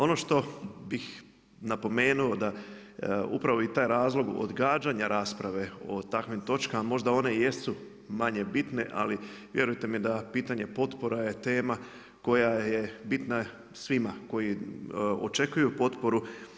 Ono što bih napomenuo da upravo i taj razlog odgađanja rasprave o takvim točkama možda one i jesu manje bitne, ali vjerujte mi da pitanje potpora je tema koja je bitna svima koji očekuju potporu.